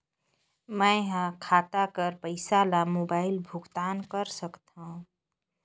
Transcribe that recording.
मैं ह खाता कर पईसा ला मोबाइल भुगतान कर सकथव?